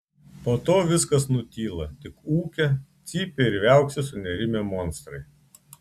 po to viskas nutyla tik ūkia cypia ir viauksi sunerimę monstrai